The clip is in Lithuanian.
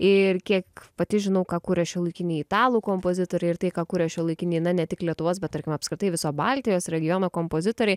ir kiek pati žinau ką kuria šiuolaikiniai italų kompozitoriai ir tai ką kuria šiuolaikiniai na ne tik lietuvos bet tarkime apskritai viso baltijos regiono kompozitoriai